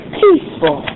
peaceful